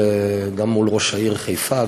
גם מול ראש העיר חיפה,